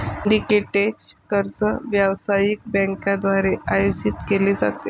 syndicated कर्ज व्यावसायिक बँकांद्वारे आयोजित केले जाते